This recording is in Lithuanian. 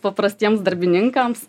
paprastiems darbininkams